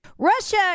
Russia